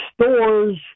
stores